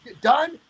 done